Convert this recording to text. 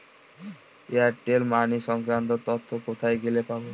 Airtel money সংক্রান্ত তথ্য কোথায় গেলে পাব?